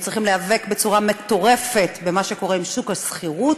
הם צריכים להיאבק בצורה מטורפת במה שקורה עם שוק השכירות,